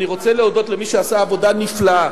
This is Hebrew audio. אני רוצה להודות למי שעשה עבודה נפלאה,